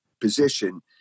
position